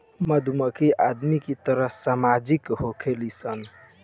मधुमक्खी आदमी के तरह सामाजिक होखेली सन